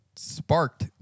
sparked